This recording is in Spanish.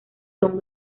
son